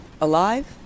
alive